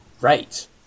right